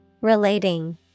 Relating